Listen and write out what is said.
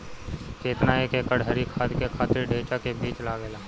केतना एक एकड़ हरी खाद के खातिर ढैचा के बीज लागेला?